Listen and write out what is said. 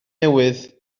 newydd